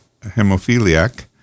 hemophiliac